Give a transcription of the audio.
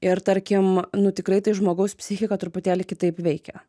ir tarkim nu tikrai tai žmogaus psichiką truputėlį kitaip veikia